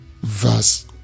verse